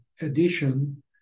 addition